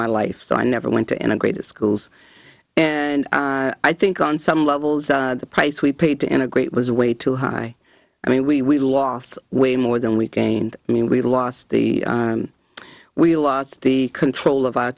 my life so i never went to integrated schools and i i think on some levels the price we paid to integrate was way too high i mean we lost way more than we gained i mean we lost the we lost the control of our